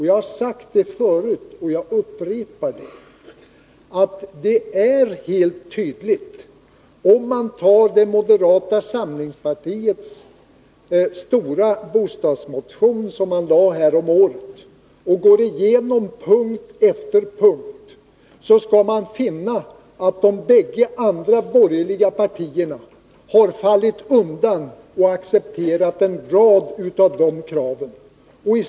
Jag har sagt det förut, och jag upprepar det: Om man punkt efter punkt går igenom moderata samlingspartiets stora bostadsmotion som lades fram häromåret, så skall man finna att de båda andra borgerliga partierna har fallit undan och accepterat en rad av de krav som framförts där.